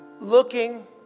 looking